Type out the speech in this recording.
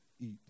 eat